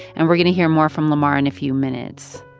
and we're going to hear more from lamar in a few minutes.